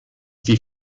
die